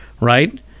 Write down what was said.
right